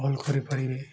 ଭଲ କରିପାରିବି